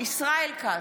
ישראל כץ,